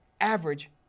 average